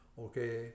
okay